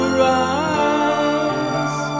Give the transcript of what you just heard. rise